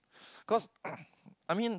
cause I mean